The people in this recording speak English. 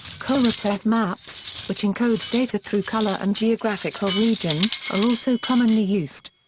choropleth maps, which encode data through color and geographical region, are also commonly used.